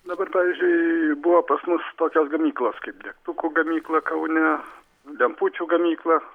dabar pavyzdžiui buvo pas mus tokios gamyklos kaip degtukų gamykla kaune lempučių gamykla